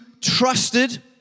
trusted